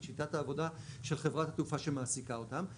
שיטת העבודה של חברת התעופה שמעסיקה אותם.